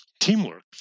teamwork